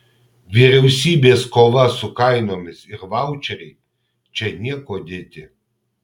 vyriausybės kova su kainomis ir vaučeriai čia niekuo dėti